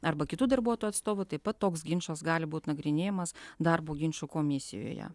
arba kitų darbuotojų atstovų taip pat toks ginčas gali būt nagrinėjamas darbo ginčų komisijoje